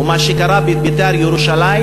ומה שקרה ב"בית"ר ירושלים"